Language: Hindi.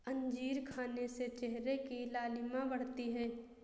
अंजीर खाने से चेहरे की लालिमा बढ़ती है